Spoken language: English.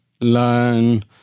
learn